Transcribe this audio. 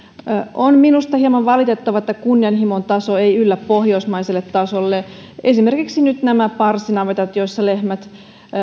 on minusta hieman valitettavaa että kunnianhimon taso ei yllä pohjoismaiselle tasolle esimerkiksi nyt nämä parsinavetat joissa lehmät